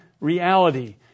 reality